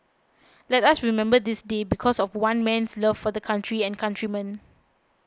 let us remember this day because of one man's love for the country and countrymen